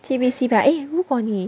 去 M_N_C 吧 eh 如果你